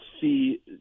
see